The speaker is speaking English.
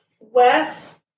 Wes